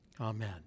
Amen